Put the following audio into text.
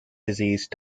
disease